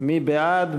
מי בעד?